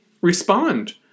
respond